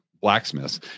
blacksmiths